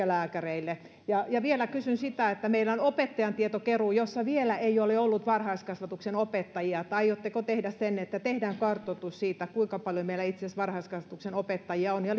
lääkäreille vielä kysyn meillä on opettajatiedonkeruu jossa vielä ei ole ollut varhaiskasvatuksen opettajia aiotteko tehdä kartoituksen siitä kuinka paljon meillä itse asiassa varhaiskasvatuksen opettajia on ja